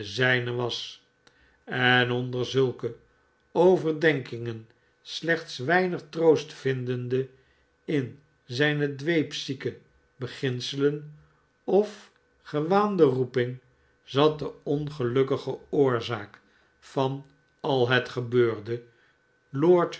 zijne was en onder zulke overdenkingen slechts weinig troost vindende in zijne dweepzieke beginselen of gewaande roeping zat de ongelukkige oorzaak van al het gebeurde